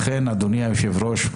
לכן, אדוני היושב-ראש,